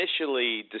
initially